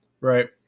right